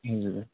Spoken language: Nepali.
हजुर